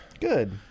Good